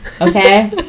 Okay